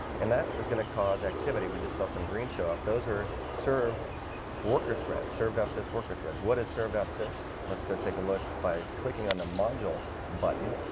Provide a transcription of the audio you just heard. and that is going to cause activity. we just saw some green show up. those are serve worker threads served out sis worker threads what is served out sis let's go take a look by clicking on the module button,